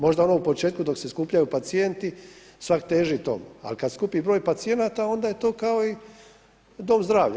Možda ono u početku dok se skupljaju pacijenti svak teži tomu, ali kada skupi broj pacijenata onda je to kao u domu zdravlja.